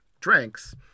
drinks